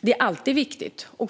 Det är alltid viktigt.